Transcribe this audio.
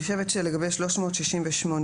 אני חושבת שלגבי 368(ב),